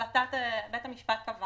בית המשפט קבע